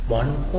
1